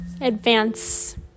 advance